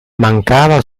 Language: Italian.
mancava